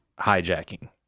hijacking